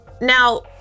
Now